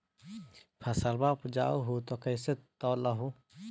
फसलबा उपजाऊ हू तो कैसे तौउलब हो?